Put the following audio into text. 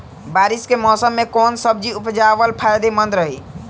बारिश के मौषम मे कौन सब्जी उपजावल फायदेमंद रही?